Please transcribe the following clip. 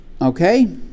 Okay